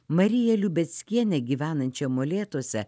mariją liubeckienę gyvenančią molėtuose